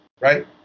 right